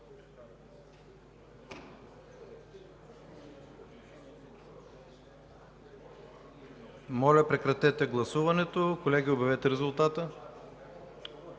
Моля, прекратете гласуването и обявете резултата.